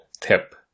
tip